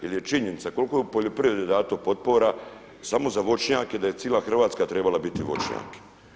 Jer je činjenica koliko je u poljoprivredi dato potpora samo za voćnjake da je cijela Hrvatska trebala biti voćnjak.